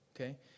okay